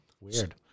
Weird